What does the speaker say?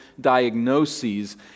diagnoses